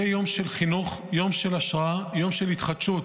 יהיה יום של חינוך, יום של השראה, יום של התחדשות.